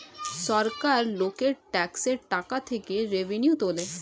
সরকার লোকের ট্যাক্সের টাকা থেকে রেভিনিউ তোলে